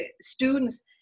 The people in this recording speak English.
students